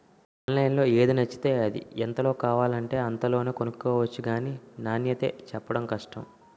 ఆన్లైన్లో ఏది నచ్చితే అది, ఎంతలో కావాలంటే అంతలోనే కొనుక్కొవచ్చు గానీ నాణ్యతే చెప్పడం కష్టం